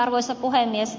arvoisa puhemies